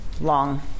long